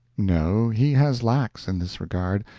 no, he has lacks in this regard,